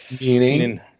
Meaning